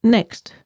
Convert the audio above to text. Next